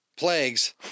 plagues